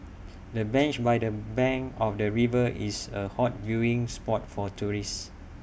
the bench by the bank of the river is A hot viewing spot for tourists